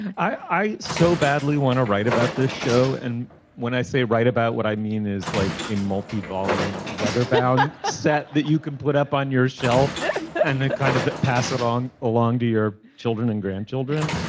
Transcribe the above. i so badly want to write about this show. and when i say write about what i mean is like a multi volume leather bound set that you can put up on yourself and kind of pass it on along to your children and grandchildren.